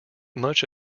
much